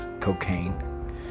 cocaine